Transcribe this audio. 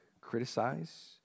criticize